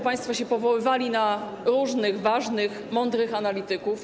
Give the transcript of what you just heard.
Państwo powoływali się na różnych ważnych, mądrych analityków.